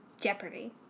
Jeopardy